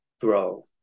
grow